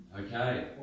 Okay